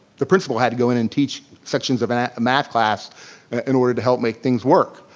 the principal had to go in and teach sections of and math class in order to help make things work.